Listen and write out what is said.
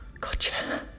Gotcha